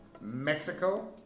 Mexico